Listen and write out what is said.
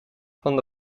van